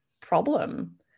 problem